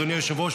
אדוני היושב-ראש,